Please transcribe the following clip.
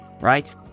right